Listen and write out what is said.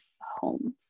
homes